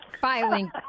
filing